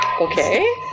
Okay